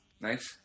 Nice